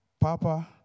Papa